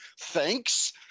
thanks